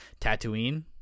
Tatooine